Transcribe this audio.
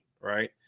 right